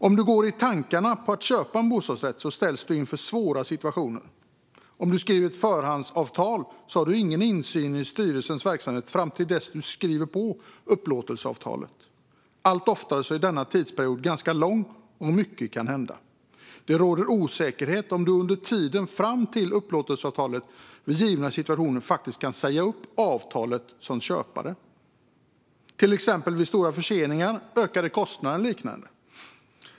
Om du går i tankar på att köpa en bostadsrätt ställs du inför svåra situationer. Om du skriver ett förhandsavtal har du ingen insyn i styrelsens verksamhet fram till dess att du skriver på upplåtelseavtalet. Allt oftare är denna tidsperiod ganska lång, och mycket kan hända. Det råder osäkerhet om huruvida du som köpare under tiden fram till upplåtelseavtalet faktiskt kan säga upp avtalet vid givna situationer, till exempel vid stora förseningar, ökade kostnader och liknande.